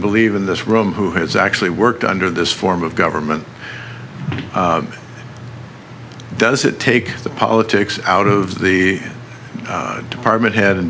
believe in this room who has actually worked under this form of government does it take the politics out of the department h